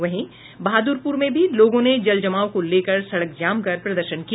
वहीं बहादुरपुर में भी लोगों ने जल जमाव को लेकर सड़क जाम कर प्रदर्शन किया